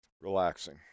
relaxing